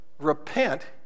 repent